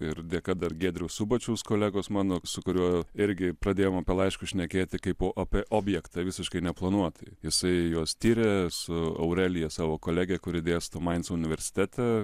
ir dėka dar giedriaus subačiaus kolegos mano su kuriuo irgi pradėjom apie laiškus šnekėti kaip apie objektą visiškai neplanuotai jisai juos tiria su aurelija savo kolege kuri dėsto mainco universitete